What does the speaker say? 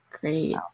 great